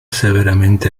severamente